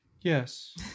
Yes